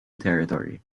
territory